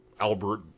Albert